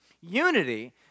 Unity